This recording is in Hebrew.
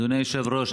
אדוני היושב-ראש,